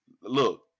Look